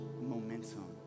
momentum